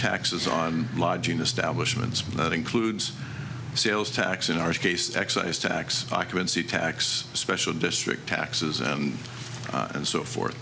taxes on lodging establishment that includes sales tax in our case excise tax occupancy tax special district taxes and and so forth